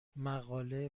مقاله